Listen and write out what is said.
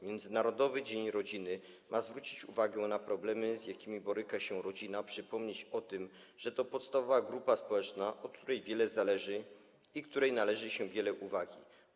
Międzynarodowy Dzień Rodziny ma zwrócić uwagę na problemy, z jakimi boryka się rodzina, przypomnieć o tym, że to podstawowa grupa społeczna, od której wiele zależy i której należy się wiele uwagi.